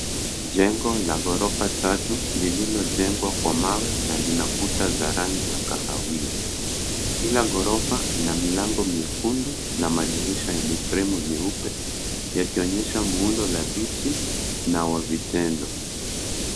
Jengo la ghorofa tatu lililojengwa kwa mawe na lina kuta za rangi ya kahawia. Kila ghorofa ina milango miekundu na madirisha yenye fremu nyeupe, yakionyesha muundo dhabiti na wa vitendo.